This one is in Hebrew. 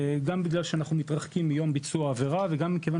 גם בגלל שאנחנו מתרחקים מיום ביצוע העבירה וגם מכיוון